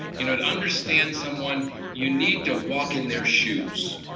you know to understand someone you need to walk in their shoes,